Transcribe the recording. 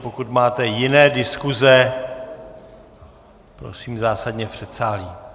Pokud máte jiné diskuze, prosím zásadně v předsálí.